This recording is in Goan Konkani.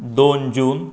दोन जून